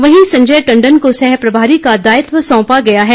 वहीं संजय टंडन को सहप्रभारी का दायित्व सौंपा गया है